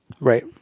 Right